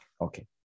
Okay